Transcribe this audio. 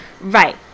Right